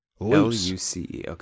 L-U-C-E